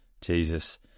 Jesus